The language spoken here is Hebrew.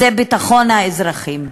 שזה ביטחון האזרחים.